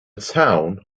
town